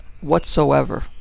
whatsoever